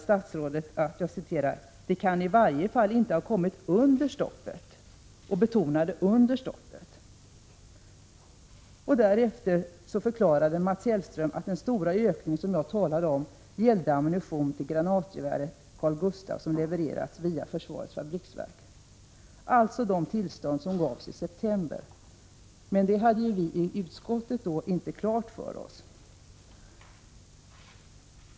Statsrådet svarade då: ”Det kan i varje fall inte ha kommit under stoppet.” Därefter förklarade Mats Hellström att den stora ökning jag talade om gällde ammunition till granatgeväret Carl-Gustaf som levererades via FFV. Det gällde alltså de tillstånd som gavs i september. Men vi i utskottet hade då inte detta klart för OSS.